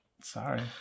Sorry